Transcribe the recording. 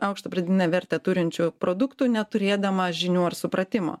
aukštą pridėtinę vertę turinčių produktų neturėdamas žinių ar supratimo